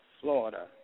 Florida